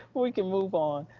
we can move on.